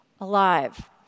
alive